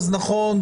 אז נכון,